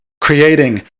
creating